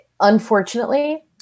unfortunately